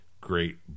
Great